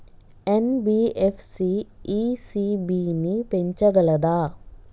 NBFC ECB ని పెంచగలదా?